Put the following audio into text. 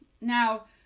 now